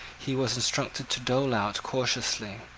he was instructed to dole out cautiously.